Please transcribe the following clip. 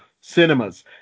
cinemas